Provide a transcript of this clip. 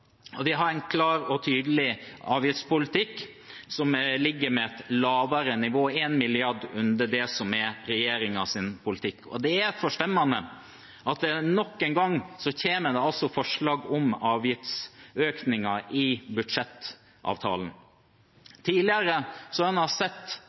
Og vi har en klar og tydelig avgiftspolitikk, som ligger på et lavere nivå enn det som er regjeringens politikk – 1 mrd. kr under. Det er forstemmende at det nok en gang kommer forslag om avgiftsøkninger i